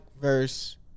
Verse